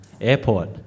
Airport